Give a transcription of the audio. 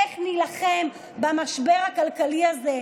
איך נילחם במשבר הכלכלי הזה,